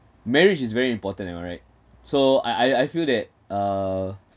marriage is very important am I right so I I I feel that uh